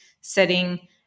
setting